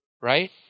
right